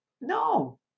No